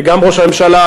גם ראש הממשלה,